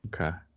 Okay